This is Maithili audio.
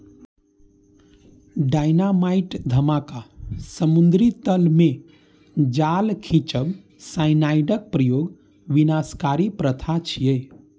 डायनामाइट धमाका, समुद्री तल मे जाल खींचब, साइनाइडक प्रयोग विनाशकारी प्रथा छियै